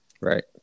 Right